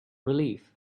relief